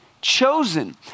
chosen